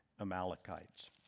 Amalekites